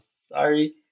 sorry